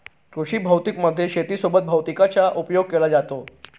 कृषी भौतिकी मध्ये शेती सोबत भैतिकीचा उपयोग केला जातो